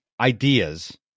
ideas